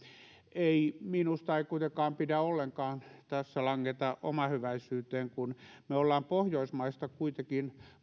minusta tässä ei pidä ollenkaan langeta omahyväisyyteen kun me olemme kuitenkin